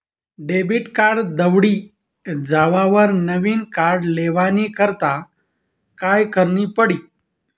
Debit card दवडी जावावर नविन कार्ड लेवानी करता काय करनं पडी?